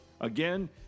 Again